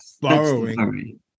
borrowing